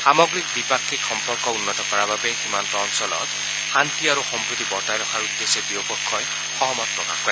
সামগ্ৰিক দ্বিপাক্ষিক সম্পৰ্ক উন্নত কৰাৰ বাবে সীমান্ত অঞ্চলত শান্তি আৰু সম্প্ৰীতি বৰ্তাই ৰখাৰ উদ্দেশ্যে দুয়ো পক্ষই সহমত প্ৰকাশ কৰে